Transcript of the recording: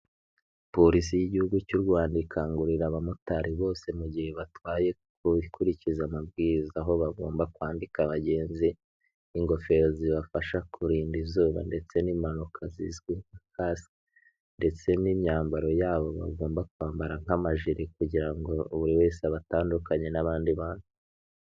Polisi y'igihugu cy'u Rwanda ikangurira abamotari bose mu gihe batwaye gukurikiza amabwiriza, aho bagomba kwambika abagenzi ingofero zibafasha kurinda izuba ndetse n'impanuka zizwi nka kasike ndetse n'imyambaro yabo bagomba kwambara nk'amajiri kugira ngo buri wese abatandukanye n'abandi bantu.